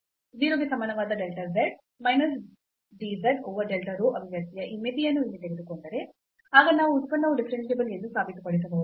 0 ಗೆ ಸಮನಾದ delta z minus dz over delta rho ಅಭಿವ್ಯಕ್ತಿಯ ಈ ಮಿತಿಯನ್ನು ಇಲ್ಲಿ ತೆಗೆದುಕೊಂಡರೆ ಆಗ ನಾವು ಉತ್ಪನ್ನವು ಡಿಫರೆನ್ಸಿಬಲ್ ಎಂದು ಸಾಬೀತುಪಡಿಸಬಹುದು